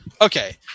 Okay